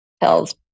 tells